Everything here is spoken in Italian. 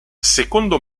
secondo